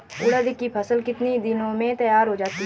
उड़द की फसल कितनी दिनों में तैयार हो जाती है?